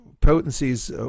potencies